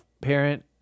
parent